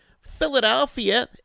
Philadelphia